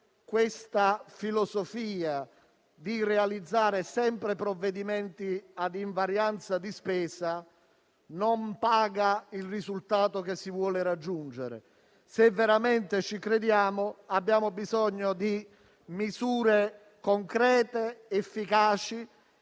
la filosofia di realizzare sempre provvedimenti ad invarianza di spesa non paga il risultato che si vuole raggiungere. Se veramente ci crediamo, abbiamo bisogno di misure concrete, efficaci